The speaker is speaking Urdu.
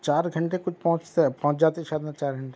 چار گھنٹے کچھ پہنچتے پہنچ جاتے شاید میں چار گھنٹے